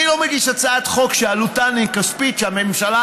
אני לא מגיש הצעת חוק שעלותה כספית כשהממשלה,